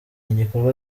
igikorwa